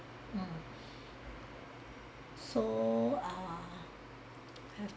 mm so ah have